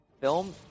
film